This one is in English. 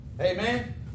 Amen